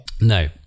no